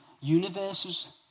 universes